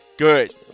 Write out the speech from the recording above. Good